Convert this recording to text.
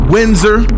Windsor